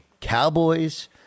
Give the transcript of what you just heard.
Cowboys